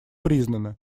признаны